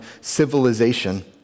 civilization